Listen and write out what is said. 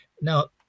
Now